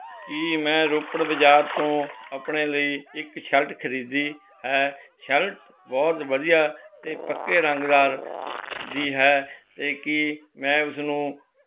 ਕਿ ਮੈਂ ਰੋਪੜ ਬਜ਼ਾਰ ਤੋਂ ਆਪਣੇ ਲਈ ਇੱਕ ਸ਼ਲਟ ਖਰੀਦੀ ਹੈ ਸ਼ਲਟ ਬਹੁਤ ਵਧੀਆ ਅਤੇ ਪੱਕੇ ਰੰਗਦਾਰ ਦੀ ਹੈ ਅਤੇ ਕਿ ਮੈਂ ਉਸ ਨੂੰ